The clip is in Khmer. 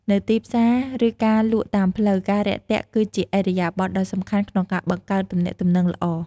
នៅទីផ្សារ ឬការលក់តាមផ្លូវ ការរាក់ទាក់គឺជាឥរិយាបថដ៏សំខាន់ក្នុងការបង្កើតទំនាក់ទំនងល្អ។